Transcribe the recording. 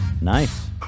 Nice